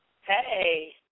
Hey